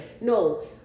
No